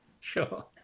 Sure